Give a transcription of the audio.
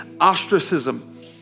ostracism